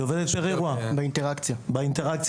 היא עובדת פר אירוע, באינטראקציה עצמה.